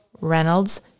Reynolds